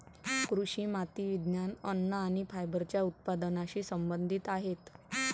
कृषी माती विज्ञान, अन्न आणि फायबरच्या उत्पादनाशी संबंधित आहेत